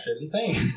insane